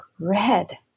red